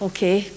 Okay